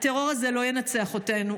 הטרור הזה לא ינצח אותנו.